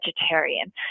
vegetarian